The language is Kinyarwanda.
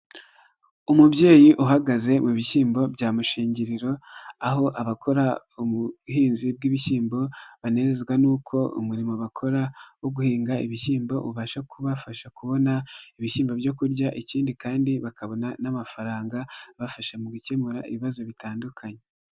Umubyeyi uhagaze mu bishyimbo bya mushingiriro aho abakora ubuhinzi bw'ibishyimbo, banezezwa n'uko umurimo bakora wo guhinga ibishyimbo, ubasha kubafasha kubona ibishyimbo byo kurya, ikindi kandi bakabona n'amafaranga bafasha mu gukemura ibibazo bitandukanye.